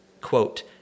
quote